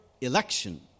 election